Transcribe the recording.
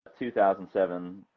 2007